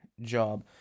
job